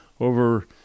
over